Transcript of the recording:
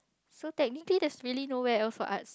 so technically there's really nowhere else for arts